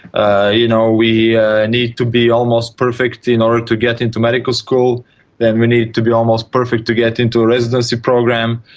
ah you know we need to be almost perfect in order to get into medical school and then we need to be almost perfect to get into a residency program,